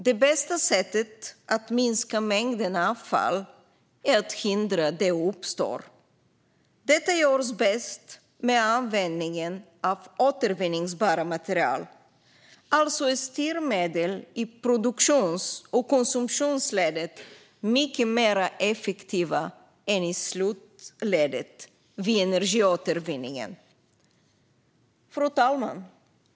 Det bästa sättet att minska mängden avfall är att förhindra att det uppstår. Detta görs bäst genom användning av återvinningsbara material. Styrmedel i produktions och konsumtionsleden är mycket mer effektiva än i slutledet vid energiåtervinningen. Fru talman!